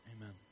amen